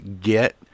get